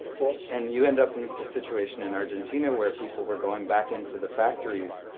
and you end up in a situation in argentina where people were going back into the factories,